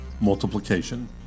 Multiplication